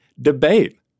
debate